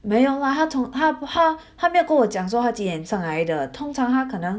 没有啦她通她她她没有跟我讲说她几点上来的通常她可能